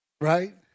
Right